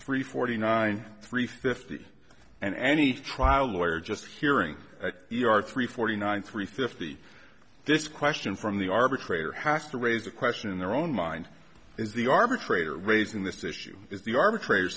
three forty nine three fifty and any trial lawyer just hearing you are three forty nine three fifty this question from the arbitrator has to raise the question in their own mind is the arbitrator raising this issue is the arbitrator